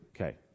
okay